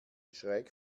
schräg